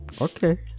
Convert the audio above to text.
Okay